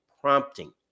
prompting